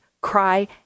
cry